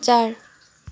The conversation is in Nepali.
चार